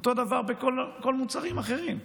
אותו דבר בכל המוצרים האחרים.